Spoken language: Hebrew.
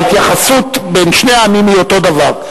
ההתייחסות בין שני העמים היא אותו דבר.